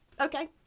Okay